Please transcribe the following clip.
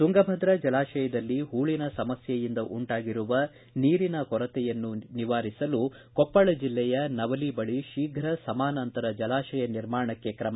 ತುಂಗಭದ್ರಾ ಜಲಾಶಯದಲ್ಲಿ ಹೂಳನ ಸಮಸ್ಥೆಯಿಂದ ಉಂಟಾಗಿರುವ ನೀರಿನ ಕೊರತೆಯನ್ನು ನಿವಾರಿಸಲು ಕೊಪ್ಪಳ ಜಿಲ್ಲೆಯ ನವಲಿ ಬಳಿ ಶೀಘ್ರ ಸಮಾನಾಂತರ ಜಲಾಶಯ ನಿರ್ಮಾಣಕ್ಕೆ ಕ್ರಮ